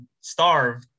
starve